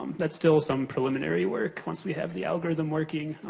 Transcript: that's still some preliminary work, once we have the algorithm working,